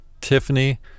Tiffany